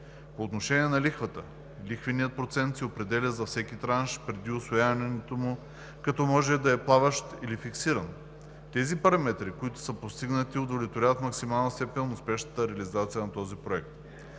По отношение на лихвата – лихвеният процент се определя за всеки транш преди усвояването му като може да е плаващ или фиксиран. Тези параметри, които са постигнати, удовлетворяват в максимална степен успешната реализация на този проект.